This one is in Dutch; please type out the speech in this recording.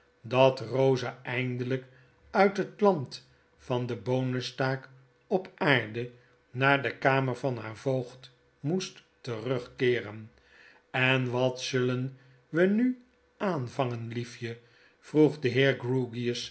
dat kosa eindelyk uit het land van de boonenstaak op aarde naar de kamer van haren voogd raoest terugkeeren en wat zullen we nu aanvangen jiefje vroeg de